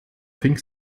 fink